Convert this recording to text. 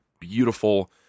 beautiful